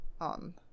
on